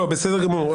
בסדר גמור.